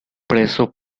preso